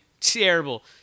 Terrible